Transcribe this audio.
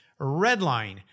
Redline